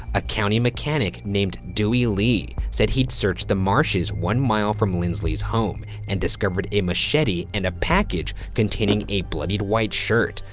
a county mechanic named dewey lee said he'd searched the marshes one mile from lindsley's home and discovered a machete and a package containing a bloodied white shirt,